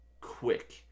quick